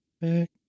back